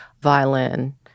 violin